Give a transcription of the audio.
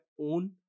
own